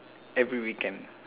every weekend